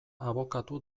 abokatu